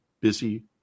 busy